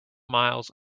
miles